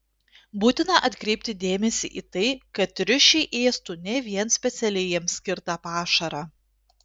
būtina atkreipti dėmesį į tai kad triušiai ėstų ne vien specialiai jiems skirtą pašarą